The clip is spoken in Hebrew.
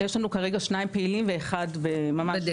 יש לנו כרגע שניים פעילים, ואחד בדרך.